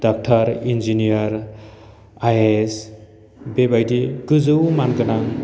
doctor engineer IAS बेबायदि गोजौ मानगोनां